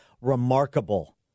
Remarkable